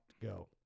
Go